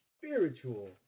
spiritual